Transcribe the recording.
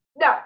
No